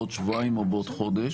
בעוד שבועיים או בעוד חודש,